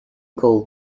gold